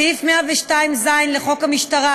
סעיף 102ז לחוק המשטרה,